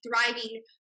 thriving